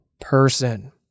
person